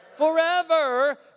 forever